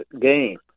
game